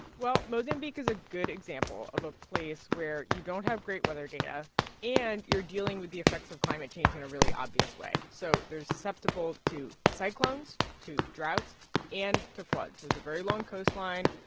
well, mozambique is a good example of a place where you don't have great weather data and you're dealing with the effects of climate change in a really obvious way. so they're susceptible to cyclones, to droughts and to floods. there's a very long coastline,